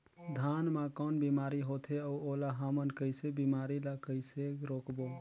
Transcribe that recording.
धान मा कौन बीमारी होथे अउ ओला हमन कइसे बीमारी ला कइसे रोकबो?